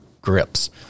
grips